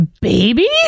baby